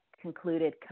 concluded